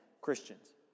Christians